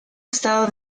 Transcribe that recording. estado